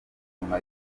nyuma